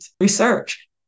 research